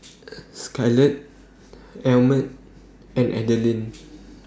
Skyler Almer and Adalynn